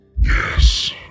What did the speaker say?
Yes